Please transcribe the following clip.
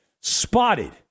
Spotted